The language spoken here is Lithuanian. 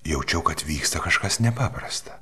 jaučiau kad vyksta kažkas nepaprasta